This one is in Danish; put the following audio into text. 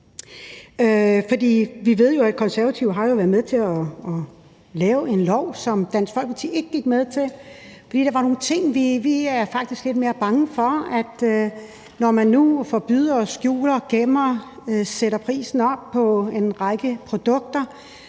Vi ved jo, at Konservative har været med til at lave en lov, som Dansk Folkeparti ikke gik med til, fordi der var nogle ting med den. Vi er faktisk lidt mere bange for, at når man nu forbyder, skjuler, gemmer og sætter prisen op på en række produkter,